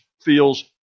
feels